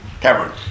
Cameron